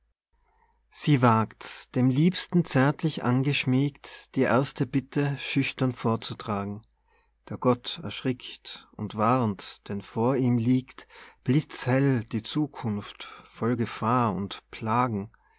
sie wagt's dem liebsten zärtlich angeschmiegt die erste bitte schüchtern vorzutragen der gott erschrickt und warnt denn vor ihm liegt blitzhell die zukunft voll gefahr und plagen